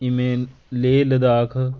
ਜਿਵੇਂ ਲੇਹ ਲਦਾਖ